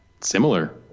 similar